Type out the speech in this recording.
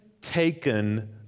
taken